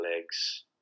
legs